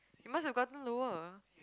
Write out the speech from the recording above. you must have gotten lower